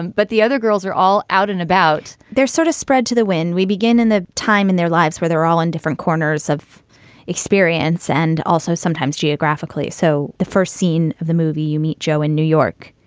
and but the other girls are all out and about they're sort of spread to the wind. we begin in the time in their lives where they're all in different corners of experience and also sometimes geographically. so the first scene of the movie, you meet joe in new york.